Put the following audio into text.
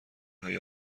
های